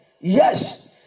Yes